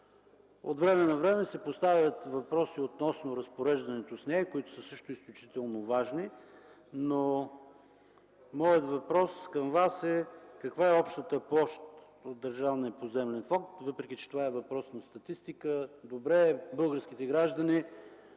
От време на време се поставят въпроси относно разпореждането с нея, които също са изключително важни. Въпросът ми към Вас е: каква е общата площ от Държавния поземлен фонд? Въпреки че това е въпрос на статистика, добре е българските граждани